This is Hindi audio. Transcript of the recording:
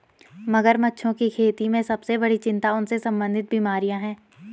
मगरमच्छों की खेती में सबसे बड़ी चिंता उनसे संबंधित बीमारियां हैं?